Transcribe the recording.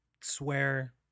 swear